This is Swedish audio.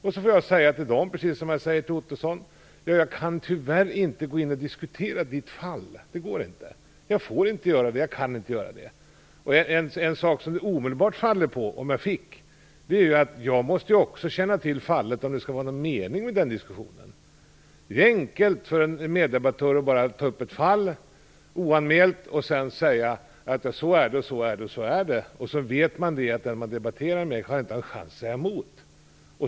Och så får jag säga till dem, precis som jag säger till Roy Ottosson: Jag kan tyvärr inte gå in och diskutera ditt fall, det går inte. Jag får inte göra det, och jag kan inte göra det. En sak som det omedelbart faller på, om jag fick göra så här, är att jag också måste känna till fallet om det skall vara någon mening med den diskussionen. Det är enkelt för en meddebattör att oanmält ta upp ett fall och tala om hur saken ligger till, och veta att den han eller hon debatterar med inte har en chans att säga emot.